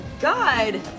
God